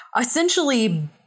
essentially